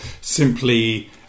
simply